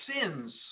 sins